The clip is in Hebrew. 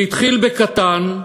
זה התחיל בקטן,